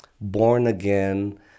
born-again